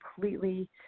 completely